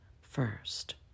first